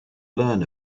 learn